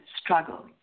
struggle